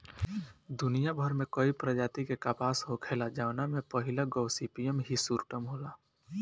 दुनियाभर में कई प्रजाति के कपास होखेला जवना में पहिला गॉसिपियम हिर्सुटम होला